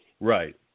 Right